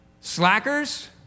Slackers